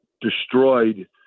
destroyed